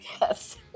Yes